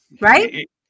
right